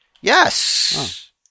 Yes